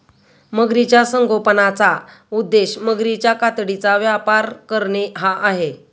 मगरीच्या संगोपनाचा उद्देश मगरीच्या कातडीचा व्यापार करणे हा आहे